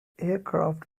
aircraft